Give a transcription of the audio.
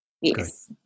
yes